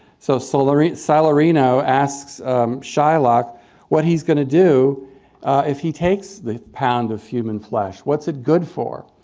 so, salarino salarino asks shylock what he's going to do if he takes the pound of human flesh. what's it good for?